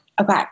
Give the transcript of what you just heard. Okay